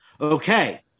Okay